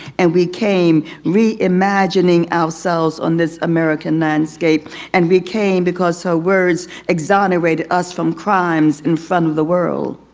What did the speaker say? and we came, reimagining ourselves on this american landscape and we came because her words exonerated us from crimes in front of the world.